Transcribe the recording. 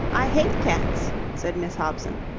i hate cats, said miss hobson,